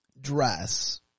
dress